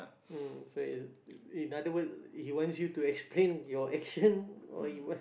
mm so he in in other word he wants you to explain your action or you what